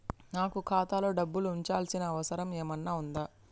నాకు ఖాతాలో డబ్బులు ఉంచాల్సిన అవసరం ఏమన్నా ఉందా?